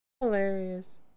Hilarious